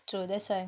true that's why